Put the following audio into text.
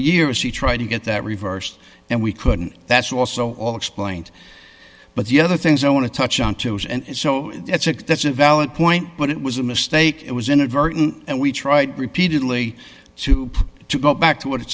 years she tried to get that reversed and we couldn't that's also all explained but the other things i want to touch on too is and so that's a that's a valid point but it was a mistake it was inadvertent and we tried repeatedly to to go back to what it